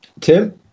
Tim